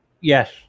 Yes